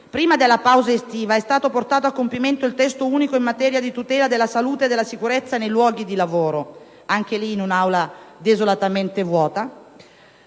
prima della pausa estiva, è stato portato a compimento il testo unico in materia di tutela della salute e della sicurezza nei luoghi di lavoro (e anche in quel caso, ricordo, in un'Aula desolatamente vuota).